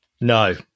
No